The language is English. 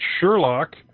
sherlock